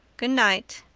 good night.